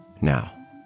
Now